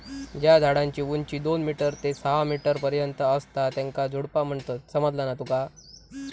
ज्या झाडांची उंची दोन मीटर ते सहा मीटर पर्यंत असता त्येंका झुडपा म्हणतत, समझला ना तुका?